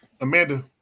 Amanda